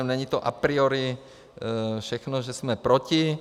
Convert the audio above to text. Není to a priori všechno, že jsme proti.